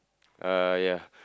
uh ya